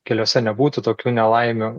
keliuose nebūtų tokių nelaimių